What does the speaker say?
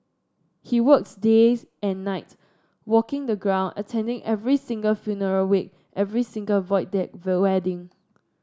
he works days and night walking the ground attending every single funeral wake every single Void Deck wedding